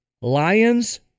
Lions